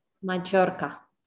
Mallorca